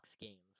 games